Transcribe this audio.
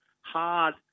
hard